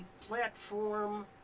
platform